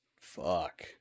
fuck